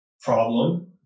Problem